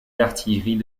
d’artillerie